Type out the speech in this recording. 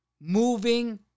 moving